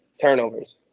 Turnovers